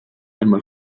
einmal